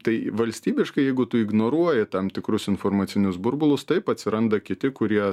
tai valstybiškai jeigu tu ignoruoji tam tikrus informacinius burbulus taip atsiranda kiti kurie